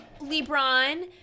LeBron